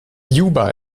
juba